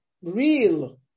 real